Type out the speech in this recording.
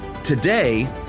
today